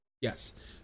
yes